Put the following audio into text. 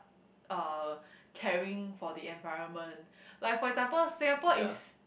uh caring for the environment like for example Singapore is